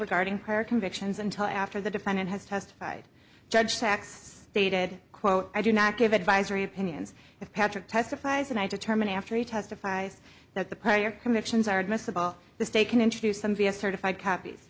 regarding prior convictions until after the defendant has testified judge facts stated quote i do not give advisory opinions if patrick testifies and i determine after he testifies that the prior convictions are admissible the state can introduce them via certified copies